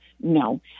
no